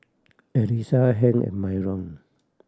Elisa Hank and Myron